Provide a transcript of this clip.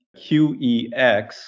QEX